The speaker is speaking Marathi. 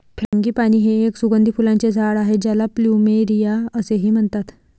फ्रँगीपानी हे एक सुगंधी फुलांचे झाड आहे ज्याला प्लुमेरिया असेही म्हणतात